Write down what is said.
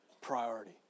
priority